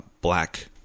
Black